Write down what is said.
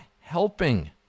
helping